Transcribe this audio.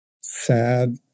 sad